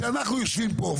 כשאנחנו יושבים פה,